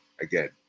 again